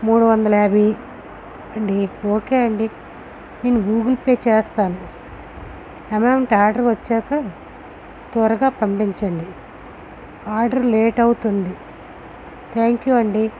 మూడు వందల యాభై అండి ఓకే అండి నేను గూగుల్ పే చేస్తాను అమౌంట్ ఆర్డర్ వచ్చాక త్వరగా పంపించండి ఆర్డర్ లేట్ అవుతుంది థ్యాంక్ యూ అండి